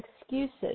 excuses